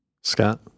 Scott